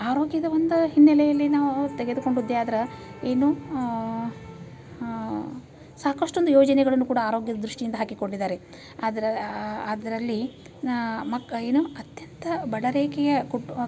ಆರೋಗ್ಯದ ಒಂದು ಹಿನ್ನೆಲೆಯಲ್ಲಿ ನಾವು ತೆಗೆದುಕೊಂಡದ್ದೇ ಆದ್ರೆ ಏನು ಸಾಕಷ್ಟು ಒಂದು ಯೋಜನೆಗಳನ್ನು ಕೂಡ ಆರೋಗ್ಯದ ದೃಷ್ಟಿಯಿಂದ ಹಾಕಿಕೊಂಡಿದ್ದಾರೆ ಆದ್ರೆ ಅದರಲ್ಲಿ ನಾ ಮಕ್ಕ ಏನು ಅತ್ಯಂತ ಬಡ ರೇಖೆಯ ಕುಟೊ